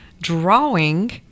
drawing